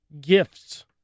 gifts